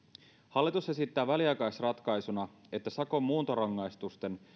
hallitus esittää väliaikaisratkaisuna että sakon muuntorangaistusten